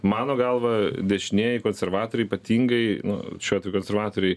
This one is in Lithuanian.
mano galva dešinieji konservatoriai ypatingai nu švedų konservatoriai